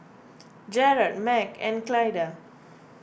Jared Meg and Clyda